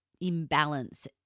imbalance